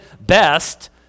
best